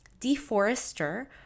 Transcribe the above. deforester